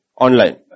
online